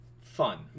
fun